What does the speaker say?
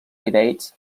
bates